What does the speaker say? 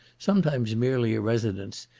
sometimes merely a residence,